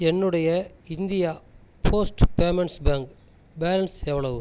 என்னுடைய India Post Payments Bank balance எவ்வளவு